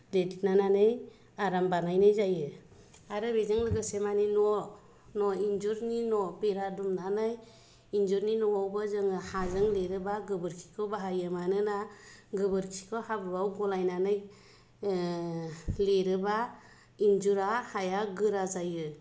देग्लिनानै आराम बानायनाय जायो आरो बेजों लोगोसे माने न' इन्जुरनि न' बेरा दुमनानै इन्जुरनि न'आवबो जोङो हाजों लिरोबा गोबोरखिखौ बाहायो मानोना गोबोरखिखौ हाब्रुवाव गलायनानै ओ लिरोबा इन्जुरा हाया गोरा जायो